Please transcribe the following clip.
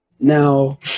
Now